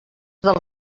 del